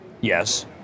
yes